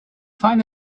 find